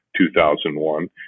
2001